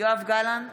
יואב גלנט,